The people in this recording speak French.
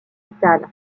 vitale